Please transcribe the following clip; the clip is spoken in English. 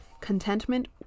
contentment